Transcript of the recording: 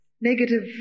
Negative